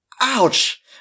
ouch